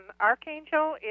archangel